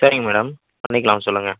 சரிங்க மேடம் பண்ணிக்கலாம் சொல்லுங்கள்